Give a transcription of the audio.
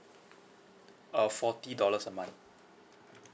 uh forty dollars a month